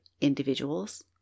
individuals